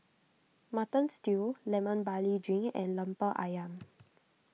Mutton Stew Lemon Barley Drink and Lemper Ayam